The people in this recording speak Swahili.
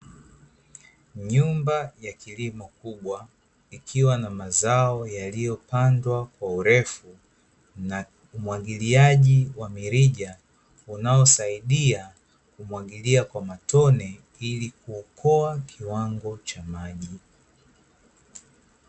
Nyumba ya kilimo kubwa ikiwa na mazao yaliyopandwa kwa urefu na umwagiliaji wa mirija unaosaidia kumwagilia kwa matone ili kuokoa kiwango cha maji.